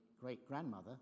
great-grandmother